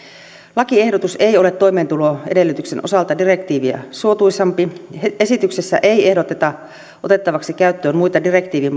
lakiehdotus ei ole toimeentuloedellytyksen osalta direktiiviä suotuisampi esityksessä ei ehdoteta otettavaksi käyttöön muita direktiivin